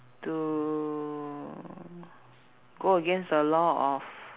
to go against the law of